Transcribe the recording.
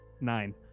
nine